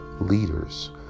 leaders